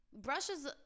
brushes